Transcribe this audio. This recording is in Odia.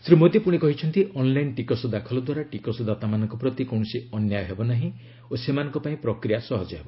ଶୀ ମୋଦୀ କହିଛନ୍ତି ଅନ୍ଲାଇନ୍ ଟିକସ ଦାଖଲ ଦ୍ୱାରା ଟିକସଦାତାମାନଙ୍କ ପ୍ରତି କୌଣସି ଅନ୍ୟାୟ ହେବ ନାହିଁ ଓ ସେମାନଙ୍କ ପାଇଁ ପ୍ରକ୍ରିୟା ସହଜ ହେବ